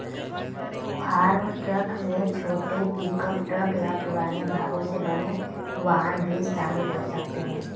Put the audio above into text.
farm truck में छोटे pickup truck या पुराने भागों से बने वाहन भी शामिल हो सकते हैं